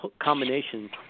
combination